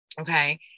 Okay